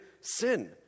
sin